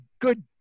good